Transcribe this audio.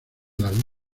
las